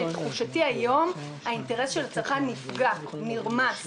לתחושתי היום האינטרס של הצרכן נפגע ונרמס.